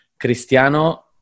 Cristiano